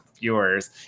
viewers